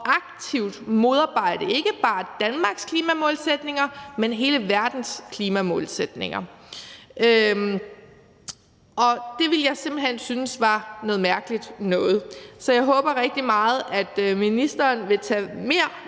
aktivt at modarbejde ikke bare Danmarks klimamålsætninger, men hele verdens klimamålsætninger. Og det ville jeg simpelt hen synes var noget mærkeligt noget. Så jeg håber rigtig meget, at ministeren vil tage bedre